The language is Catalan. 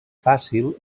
fàcil